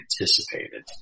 anticipated